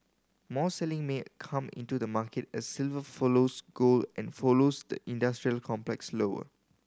more selling may come into the market as silver follows gold and follows the industrial complex lower